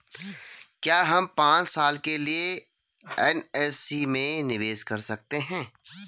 क्या हम पांच साल के लिए एन.एस.सी में निवेश कर सकते हैं?